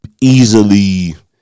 Easily